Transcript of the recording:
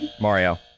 Mario